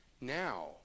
now